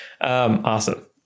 Awesome